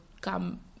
come